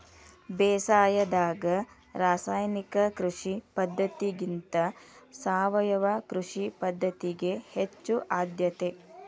ಬೇಸಾಯದಾಗ ರಾಸಾಯನಿಕ ಕೃಷಿ ಪದ್ಧತಿಗಿಂತ ಸಾವಯವ ಕೃಷಿ ಪದ್ಧತಿಗೆ ಹೆಚ್ಚು ಆದ್ಯತೆ